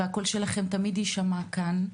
והקול שלכם תמיד יישמע כאן.